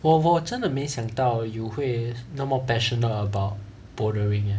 我我真的没想到 you 会那么 passionate about bouldering leh